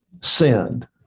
sinned